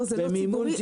לא, זה לא ציבורי.